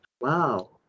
Wow